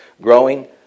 growing